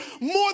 more